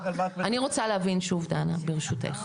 אני רוצה להבין שוב, דנה, ברשותך.